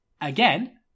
again